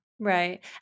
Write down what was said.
Right